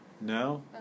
No